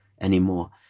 anymore